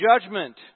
judgment